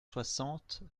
soixante